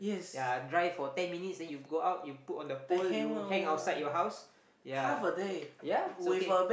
ya dry for ten minutes then you go out you put on the pole you hang outside your house ya ya is okay